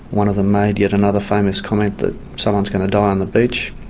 one of them made yet another famous comment that someone's going to die on the beach.